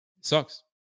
sucks